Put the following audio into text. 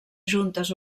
juntes